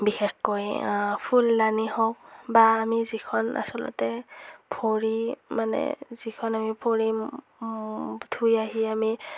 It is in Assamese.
বিশেষকৈ ফুলদানি হওক বা আমি যিখন আচলতে ভৰি মানে যিখন আমি ভৰি ধুই আহি আমি